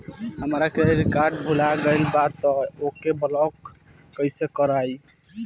हमार credit card भुला गएल बा त ओके ब्लॉक कइसे करवाई?